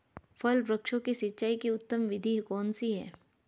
फल वृक्षों की सिंचाई की उत्तम विधि कौन सी है?